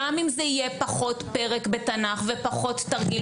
גם אם זה יהיה פחות פרק בתנ"ך ופחות תרגיל